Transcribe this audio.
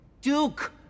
duke